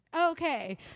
okay